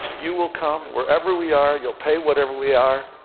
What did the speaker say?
you will come wherever we are. you'll pay whatever we are.